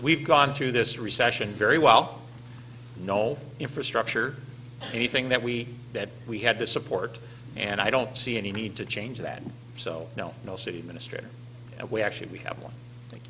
we've gone through this recession very well no infrastructure anything that we that we had to support and i don't see any need to change that so no no city minister we actually we have